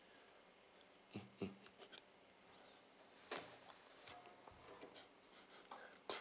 mm mm